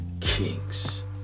Kings